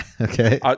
okay